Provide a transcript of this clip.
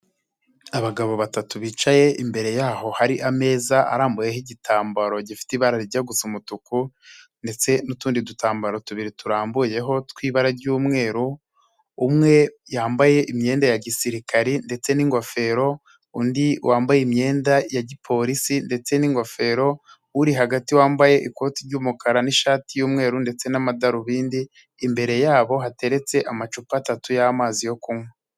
Abagabo batatu bicaye imbere yaho hari ameza arambuyeho igitambaro gifite ibarajya gusa umutuku, ndetse n'utundi dutambaro tubiri turambuyeho tw'ibara ry'umweru, umwe yambaye imyenda ya gisirikare ndetse n'ingofero, undi wambaye imyenda ya gipolisi ndetse n'ingofero, uri hagati wambaye ikoti ry'umukara n'ishati y'umweru ndetse n'amadarubindi, imbere yabo hateretse amacupa atatu y'amazi yo kunywa.